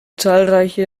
zahlreiche